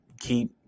keep